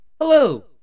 Hello